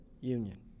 union